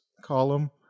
column